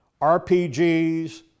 RPGs